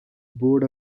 board